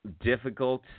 difficult